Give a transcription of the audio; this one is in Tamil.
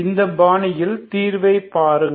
இந்த பாணியில் தீர்வைப் பாருங்கள்